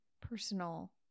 personal